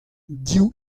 div